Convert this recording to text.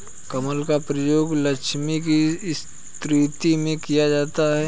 कमल का प्रयोग लक्ष्मी की स्तुति में किया जाता है